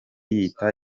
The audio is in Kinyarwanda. yita